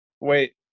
wait